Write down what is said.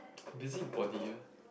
busybody ah